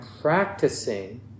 practicing